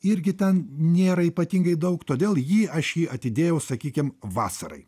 irgi ten nėra ypatingai daug todėl jį aš jį atidėjau sakykim vasarai